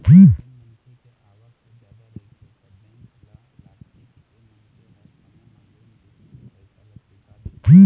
जेन मनखे के आवक ह जादा रहिथे त बेंक ल लागथे के ए मनखे ह समे म लोन के पइसा ल चुका देही